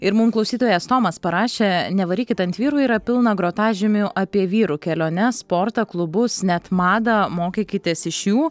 ir mum klausytojas tomas parašė nevarykit ant vyrų yra pilna grotažymių apie vyrų keliones sportą klubus net madą mokykitės iš jų